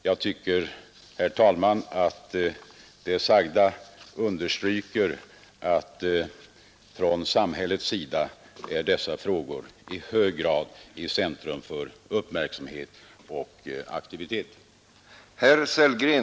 Jag tycker, herr talman, att det sagda understryker att från samhällets sida är dessa frågor i hög grad i centrum för uppmärksamhet och 13 aktivitet.